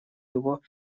его